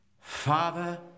Father